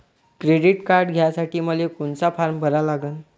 Credit card घ्यासाठी मले कोनचा फारम भरा लागन?